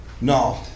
no